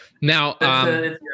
now